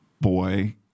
boy